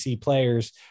players